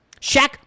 Shaq